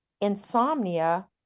insomnia